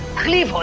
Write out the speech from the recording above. please